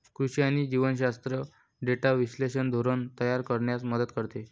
कृषी आणि जीवशास्त्र डेटा विश्लेषण धोरण तयार करण्यास मदत करते